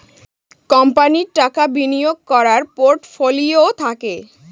কোম্পানির টাকা বিনিয়োগ করার পোর্টফোলিও থাকে